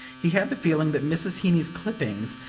he had the feeling that mrs. heeny's clippings,